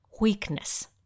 Weakness